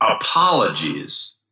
apologies